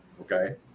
okay